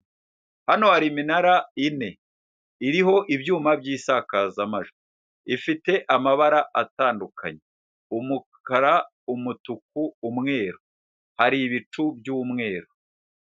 Hano hari iminara ine iriho ibyuma by'isakazamajwi, ifite amabara atandukanye umukara, umutuku, umweru hari ibicu by'umweru.